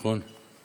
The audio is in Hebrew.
נכון,